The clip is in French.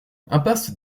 impasse